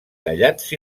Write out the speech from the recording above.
tallats